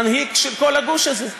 הוא המנהיג של כל הגוש הזה,